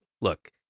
look